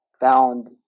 found